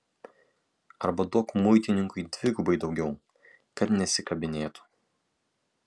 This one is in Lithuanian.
arba duok muitininkui dvigubai daugiau kad nesikabinėtų